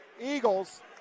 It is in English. Eagles